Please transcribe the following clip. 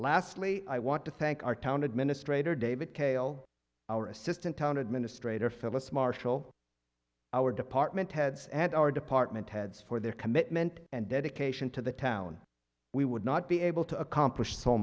lastly i want to thank our town administrator david kay all our assistant town administrator phyllis marshall our department heads and our department heads for their commitment and dedication to the town we would not be able to accomplish so